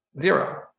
Zero